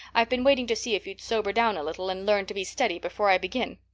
i've been waiting to see if you'd sober down a little and learn to be steady before i begin.